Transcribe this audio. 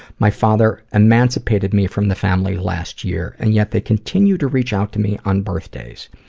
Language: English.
my father emancipated me from the family last year, and yet they continue to reach out to me on birthdays.